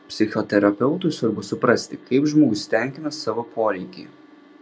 psichoterapeutui svarbu suprasti kaip žmogus tenkina savo poreikį